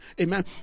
amen